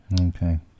Okay